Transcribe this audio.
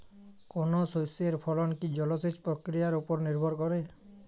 কোনো শস্যের ফলন কি জলসেচ প্রক্রিয়ার ওপর নির্ভর করে?